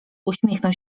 uśmiechnął